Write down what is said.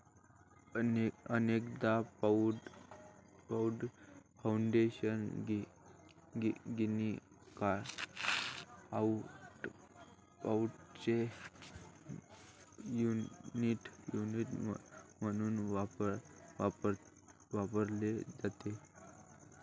अनेकदा पाउंडऐवजी गिनी अकाउंटचे युनिट म्हणून वापरले जाते